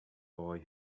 boy